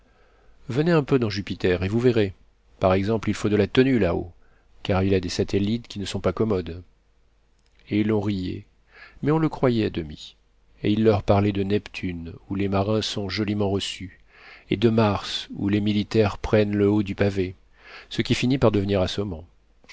venez un peu dans jupiter et vous verrez par exemple il faut de la tenue là-haut car il a des satellites qui ne sont pas commodes et l'on riait mais on le croyait à demi et il leur parlait de neptune où les marins sont joliment reçus et de mars où les militaires prennent le haut du pavé ce qui finit par devenir assommant